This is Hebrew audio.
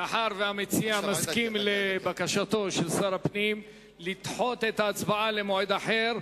מאחר שהמציע מסכים לבקשתו של שר הפנים לדחות את ההצבעה למועד אחר,